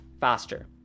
faster